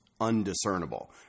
undiscernible